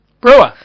Brewer